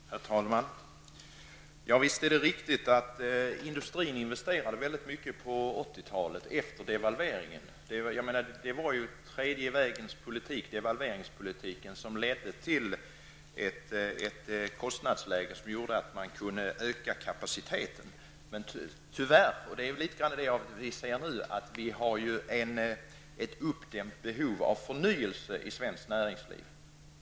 Herr talman! Visst är det riktigt att industrin investerade mycket på 80-talet efter devalveringen. Det var tredje vägens politik, devalveringspolitiken, som ledde till ett kostnadsläge som gjorde att man kunde öka kapaciteten. Tyvärr ser man nu ett uppdämt behov av förnyelse i svenskt näringsliv.